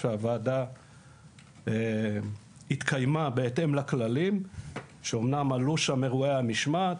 שהוועדה התקיימה בהתאם לכללים שאמנם עלו שם אירועי המשמעת,